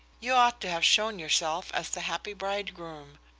you ought to have shown yourself as the happy bridegroom.